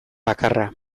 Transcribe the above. bakarra